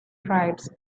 tribes